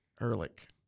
Ehrlich